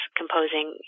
composing